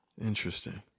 interesting